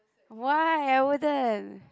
why I wouldn't